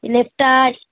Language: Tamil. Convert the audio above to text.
நெட்டா